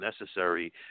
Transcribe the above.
necessary